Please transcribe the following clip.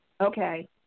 Okay